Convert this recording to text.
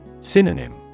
Synonym